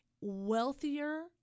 Wealthier